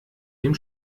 dem